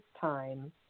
time